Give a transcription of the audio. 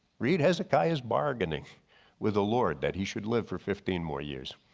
reed hezekiah is bargaining with the lord that he should live for fifteen more years.